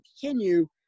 continue